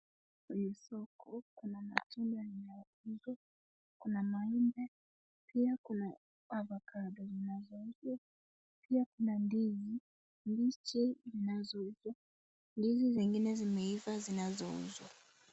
Kwenye soko kuna matunda yanayouzwa; kuna maembe, pia kuna avocado zinazouzwa, pia kuna ndizi mbichi zinazouzwa, ndizi zingine zimeiva zinazouzwa.